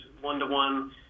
one-to-one